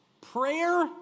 Prayer